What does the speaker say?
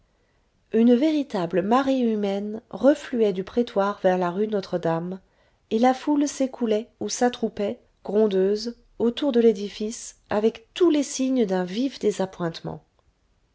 une véritable marée humaine refluait du prétoire vers la rue notre-dame et la foule s'écoulait ou s'attroupait grondeuse autour de l'édifice avec tous les signes d'un vif